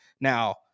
now